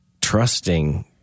trusting